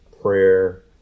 prayer